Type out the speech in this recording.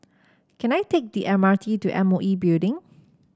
can I take the M R T to M O E Building